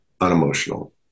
unemotional